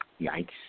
Yikes